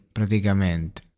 praticamente